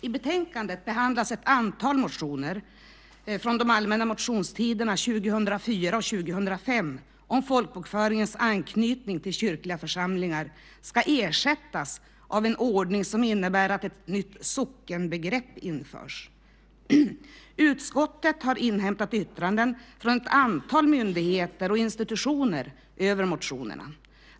I betänkandet behandlas ett antal motioner från de allmänna motionstiderna 2004 och 2005 om folkbokföringens anknytning till kyrkliga församlingar ska ersättas av en ordning som innebär att ett nytt sockenbegrepp införs. Utskottet har inhämtat yttranden över motionerna från ett antal myndigheter och institutioner.